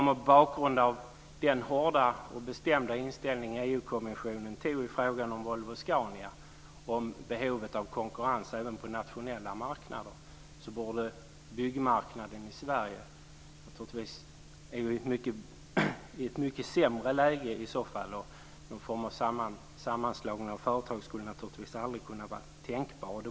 Mot bakgrund av den hårda och bestämda inställningen hos EU-kommissionen i frågan om Volvo och Scania och om behovet av konkurrens även på nationella marknader borde byggmarknaden i Sverige i så fall vara i ett mycket sämre läge. Någon form av sammanslagning av företag skulle naturligtvis aldrig kunna vara tänkbar.